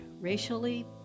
racially